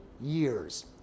years